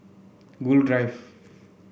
Gul Drive